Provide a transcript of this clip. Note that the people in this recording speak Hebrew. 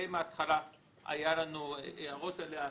די בהתחלה היו לנו הערות כלפיה.